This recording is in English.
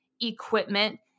equipment